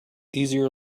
easier